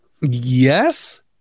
Yes